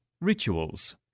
Rituals